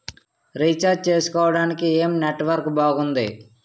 Recharge చేసుకోవటానికి ఏం network బాగుంది?